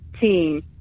team